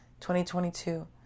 2022